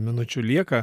minučių lieka